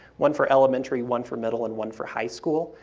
one for elementary, one for middle and one for high school,